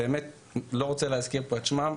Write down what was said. לא רוצה להזכיר פה את שמם,